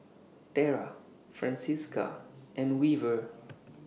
Tera Francisca and Weaver